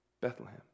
Bethlehem